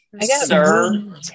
Sir